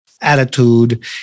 attitude